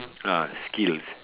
ah skills